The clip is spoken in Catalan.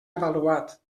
avaluat